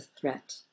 threat